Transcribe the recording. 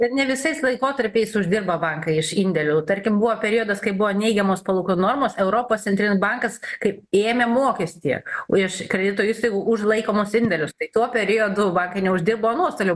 bet ne visais laikotarpiais uždirba bankai iš indėlių tarkim buvo periodas kai buvo neigiamos palūkanų normos europos centrinis bankas kaip ėmė mokestį o iš kredito įstaigų už laikomus indėlius tai tuo periodu va kai neuždirbo nuostolių